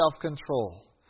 self-control